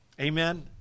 Amen